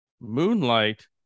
Moonlight